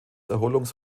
erholungs